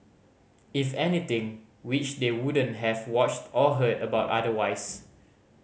if anything which they wouldn't have watched or heard about otherwise